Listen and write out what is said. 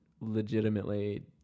legitimately